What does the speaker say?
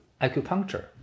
acupuncture